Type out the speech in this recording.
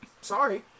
Sorry